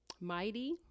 Mighty